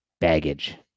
baggage